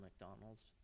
McDonald's